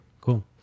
Cool